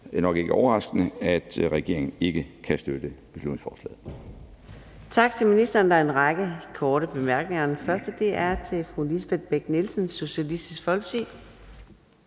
det er nok ikke overraskende, at regeringen ikke kan støtte beslutningsforslaget.